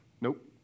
Nope